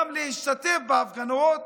גם להשתתף בהפגנות